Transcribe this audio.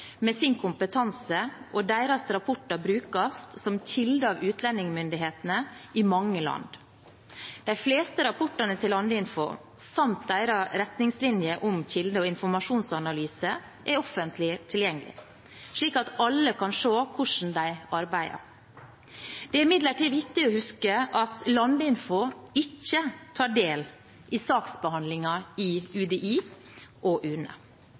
med sin kompetanse, og deres rapporter brukes som kilde av utlendingsmyndighetene i mange land. De fleste rapportene til Landinfo samt deres retningslinjer om kilde- og informasjonsanalyse er offentlig tilgjengelig, slik at alle kan se hvordan de arbeider. Det er imidlertid viktig å huske at Landinfo ikke tar del i saksbehandlingen i UDI og UNE,